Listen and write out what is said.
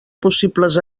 possibles